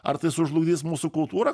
ar tai sužlugdys mūsų kultūrą